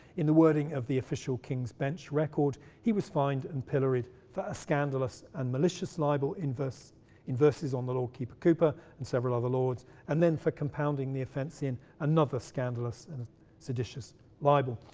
in the wording of the official king's bench record, he was fined and pilloried for a scandalous and malicious libel in verses in verses on the lord keeper cooper, and several other lords and then for compounding the offence in another scandalous and seditious libel,